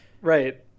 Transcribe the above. Right